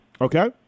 Okay